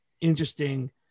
interesting